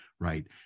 right